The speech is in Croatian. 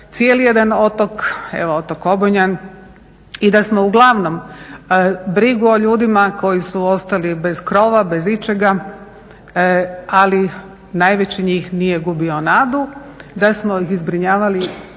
cijeli jedan otok, evo otok Obonjan. I da smo uglavnom brigu o ljudima koji su ostali bez krovova, bez ičega ali najveći njih nije gubio nadu, da smo ih zbrinjavali